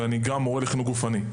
ואני גם מורה לחינוך גופני.